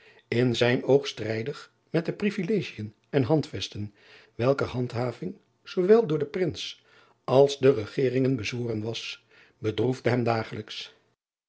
in zijn oog strijdig met de rivilegien en andvesten welker handhaving zoowel door den rins als de egeringen bezworen was bedroefde hem dagelijks